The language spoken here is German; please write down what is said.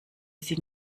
sie